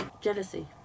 Jealousy